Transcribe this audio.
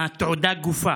התעודה גופה.